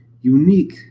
unique